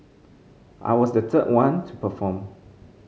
I was the third one to perform